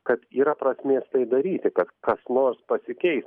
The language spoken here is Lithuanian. kad yra prasmės tai daryti kad kas nors pasikeis